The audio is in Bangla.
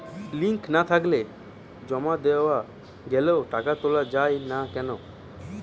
লিঙ্ক না থাকলে জমা দেওয়া গেলেও টাকা তোলা য়ায় না কেন?